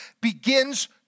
begins